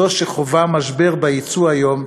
זו שחווה משבר ביצוא היום,